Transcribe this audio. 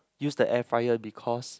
use the air fryer because